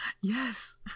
yes